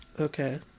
Okay